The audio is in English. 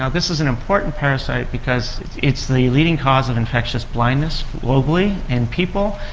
ah this is an important parasite because it's the leading cause of infectious blindness globally in people.